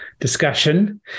Discussion